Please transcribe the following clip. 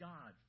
God